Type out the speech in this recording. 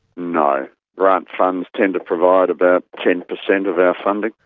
no. grant funds tend to provide about ten percent of our funding.